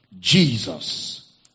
Jesus